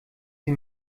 sie